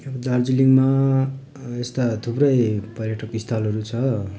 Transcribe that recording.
दार्जिलिङमा यस्ता थुप्रै पर्यटक स्थलहरू छ